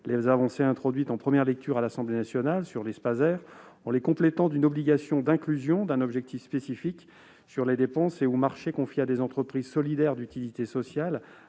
les avancées introduites en première lecture à l'Assemblée nationale sur les Spaser en les complétant d'une obligation d'inclusion d'un objectif spécifique sur les dépenses ou marchés confiés à des entreprises solidaires d'utilité sociale